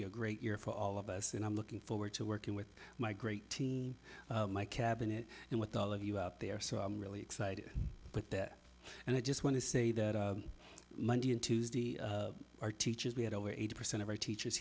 be a great year for all of us and i'm looking forward to working with my great team my cabinet and with all of you out there so i'm really excited but that and i just want to say that monday and tuesday are teachers we had over eighty percent of our teachers